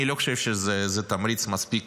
אני לא חושב שזה תמריץ מספיק